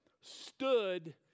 stood